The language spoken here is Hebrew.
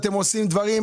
אתם עושים דברים,